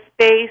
space